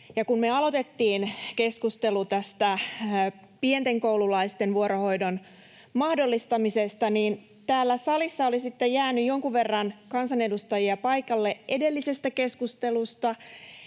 me aloitettiin keskustelu tästä pienten koululaisten vuorohoidon mahdollistamisesta ja tänne saliin oli jäänyt jonkun verran kansanedustajia paikalle edellisestä keskustelusta,